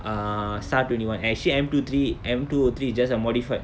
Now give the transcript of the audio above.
ah S_A_R twenty one actually M two three M two O three is just a modified